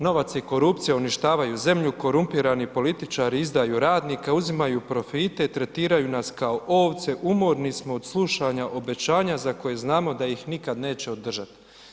Novac i korupcija uništavaju zemlju, korumpirani političari izdaju radnike, uzimaju profite i tretiraju nas kao ovce, umorni smo od slušanja obećanja za koje znamo da ih nikad neće održat.